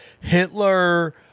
Hitler